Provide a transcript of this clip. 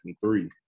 three